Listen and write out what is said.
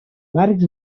marx